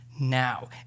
now